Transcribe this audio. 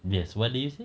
yes what do you say